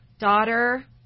daughter